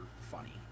funny